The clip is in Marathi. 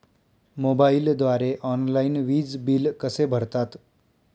मोबाईलद्वारे ऑनलाईन वीज बिल कसे भरतात?